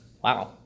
Wow